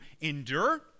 endure